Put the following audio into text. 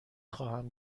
خواهم